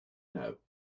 know